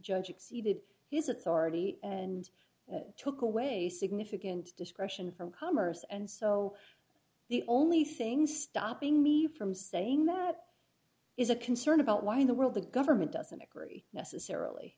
judge exceeded his authority and took away significant discretion from commerce and so the only thing stopping me from saying that is a concern about why in the world the government doesn't agree